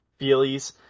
feelies